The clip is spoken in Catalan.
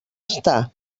està